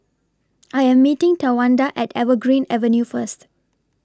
I Am meeting Tawanda At Evergreen Avenue First